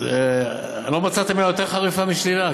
לא מצאתם מילה יותר חריפה מ"שלילה"?